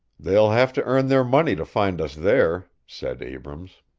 they'll have to earn their money to find us there, said abrams.